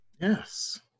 Yes